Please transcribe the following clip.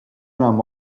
enam